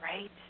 right